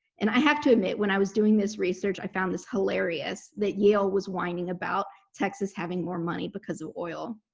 and i have to admit when i was doing this research i found this hilarious that yale was whining about texas having more money because of oil.